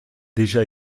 déjà